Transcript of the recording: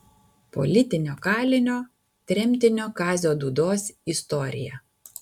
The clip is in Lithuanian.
politinio kalinio tremtinio kazio dūdos istorija